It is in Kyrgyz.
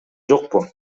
жокпу